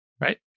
Right